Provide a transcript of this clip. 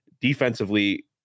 Defensively